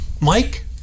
Mike